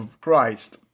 Christ